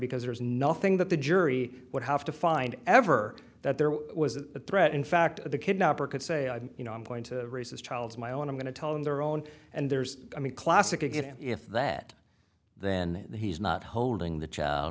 because there is nothing that the jury would have to find ever that there was a threat in fact the kidnapper could say you know i'm going to raise this child my own i'm going to tell them their own and theirs i mean classic again if that then he's not holding the child